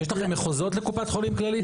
יש לכם מחוזות לקופת חולים כללית?